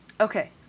Okay